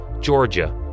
Georgia